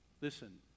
Listen